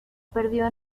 perdió